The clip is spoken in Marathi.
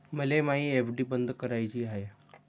मले मायी एफ.डी बंद कराची हाय